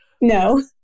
No